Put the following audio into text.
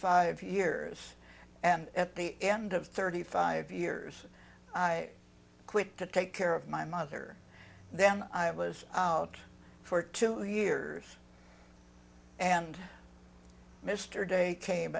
five years and at the end of thirty five years i quit to take care of my mother then i was out for two years and mr day came